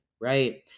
right